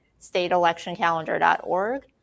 stateelectioncalendar.org